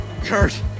Kurt